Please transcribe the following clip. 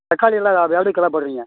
தக்காளி எல்லாம் வேல்ரி கிலோ போடுறிங்க